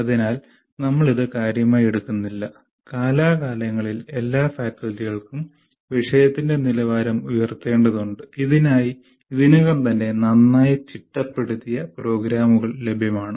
അതിനാൽ നമ്മൾ ഇത് കാര്യമായി എടുക്കുന്നില്ല കാലാകാലങ്ങളിൽ എല്ലാ ഫാക്കൽറ്റികൾക്കും വിഷയത്തിന്റെ നിലവാരം ഉയർത്തേണ്ടതുണ്ട് ഇതിനായി ഇതിനകം തന്നെ നന്നായി ചിട്ടപ്പെടുത്തിയ പ്രോഗ്രാമുകൾ ലഭ്യമാണ്